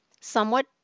somewhat